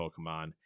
Pokemon